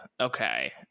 okay